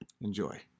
Enjoy